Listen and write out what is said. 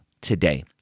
today